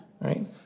Right